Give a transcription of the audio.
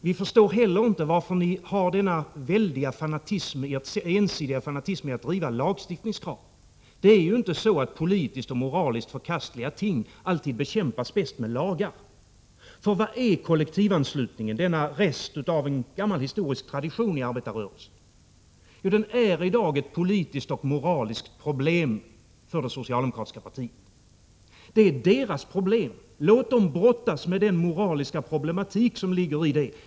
Vi förstår heller inte er ensidiga fanatism att driva lagstiftningskravet. Politiskt och moraliskt förkastliga ting bekämpas ju inte alltid bäst med lagar. För vad är kollektivanslutningen, denna rest av en gammal historisk tradition i arbetarrörelsen? Jo, den är i dag ett politiskt och moraliskt problem för det socialdemokratiska partiet. Det är socialdemokraternas problem. Låt dem brottas med den moraliska problematik som ligger i det.